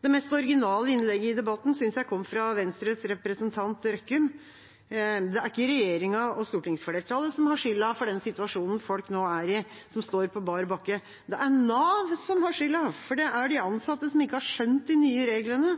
Det mest originale innlegget i debatten synes jeg kom fra Venstres representant Røkkum. Det er ikke regjeringa og stortingsflertallet som har skylda for den situasjonen folk nå er i, de som står på bar bakke, det er Nav som har skylda, for det er de ansatte som ikke har skjønt de nye reglene.